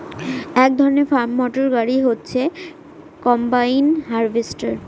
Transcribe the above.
এক ধরনের farm motor গাড়ি হচ্ছে কম্বাইন হার্ভেস্টর